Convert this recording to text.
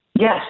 Yes